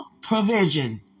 provision